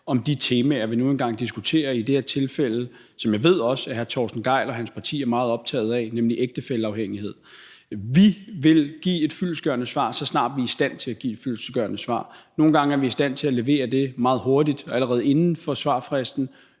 om de temaer, som vi nu engang diskuterer; i det her tilfælde er det noget, som jeg også ved hr. Torsten Gejl og hans parti er meget optaget af, nemlig ægtefælleafhængighed. Vi vil give et fyldestgørende svar, så snart vi er i stand til at give et fyldestgørende svar. Nogle gange er vi i stand til at levere det meget hurtigt og allerede inden for svarfristen,